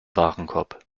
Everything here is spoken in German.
warenkorb